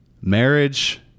marriage